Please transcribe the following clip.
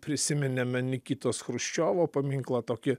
prisiminėme nikitos chruščiovo paminklą tokį